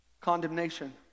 Condemnation